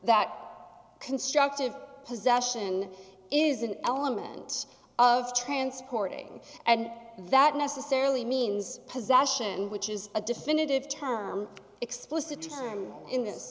that constructive possession is an element of transporting and that necessarily means possession which is a definitive term explicit term in this